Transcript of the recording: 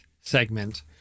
segment